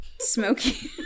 smoky